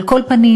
על כל פנים,